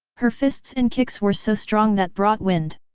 her fists and kicks were so strong that brought wind.